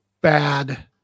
bad